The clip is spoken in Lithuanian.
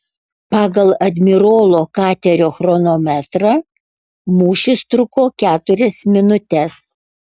pagal admirolo katerio chronometrą mūšis truko keturias minutes